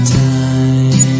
time